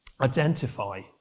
identify